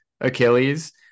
Achilles